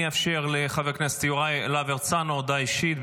אני אאפשר לחבר הכנסת יוראי להב הרצנו הודעה אישית,